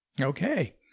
Okay